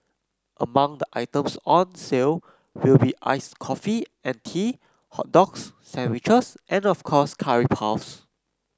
among the items on sale will be iced coffee and tea hot dogs sandwiches and of course curry puffs